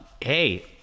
Hey